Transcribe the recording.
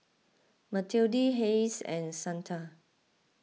Matilde Hayes and Santa